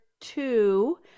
two